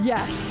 Yes